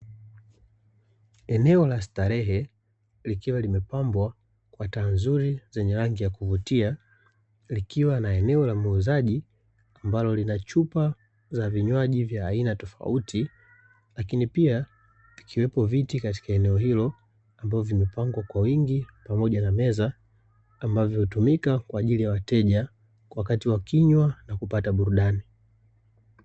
Eneo la starehe likiwa limepambwa kwa taa nzuri zenye rangi ya kuvutia likiwa na eneo la muuzaji, ambalo linachupa za vinywaji vya aina tofauti, lakini pia ikiwepo viti katika eneo hilo ambavyo vimepangwa kwa wingi pamoja na meza ambavyo hutumika kwa ajili ya wateja wakati wakinywa na kupata burudani.